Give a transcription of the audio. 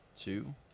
two